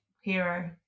Hero